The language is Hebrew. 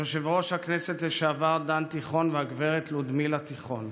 יושב-ראש הכנסת לשעבר דן תיכון וגב' לודמילה תיכון,